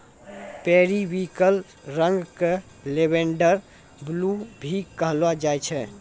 periwinkle रंग क lavender blue भी कहलो जाय छै